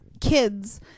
kids